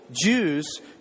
Jews